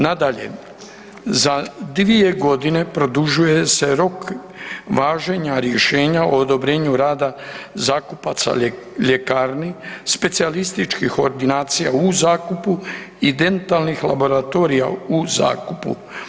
Nadalje, za 2 g. produžuje se rok važenja rješenja o odobrenju rada zakupaca ljekarni, specijalističkih ordinacija u zakupu i dentalnih laboratorija u zakupu.